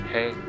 Hey